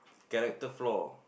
character flaw